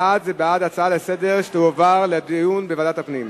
בעד זה בעד הצעה לסדר-היום שתועבר לדיון בוועדת הפנים.